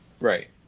Right